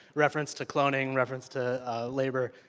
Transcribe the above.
reference to cloning, reference to labor,